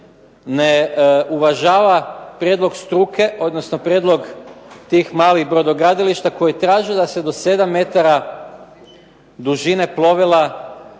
ne uvažava prijedlog struke, odnosno prijedlog tih malih brodogradilišta koji traže da se do sedam metara dužine brodova